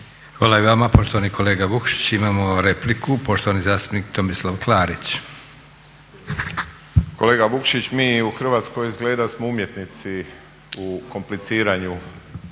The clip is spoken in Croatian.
Hvala i vama poštovani kolega Vukšić. Imamo repliku, poštovani zastupnik Tomislav Klarić. **Klarić, Tomislav (HDZ)** Kolega Vukšić, mi u Hrvatskoj izgleda smo umjetnici u kompliciranju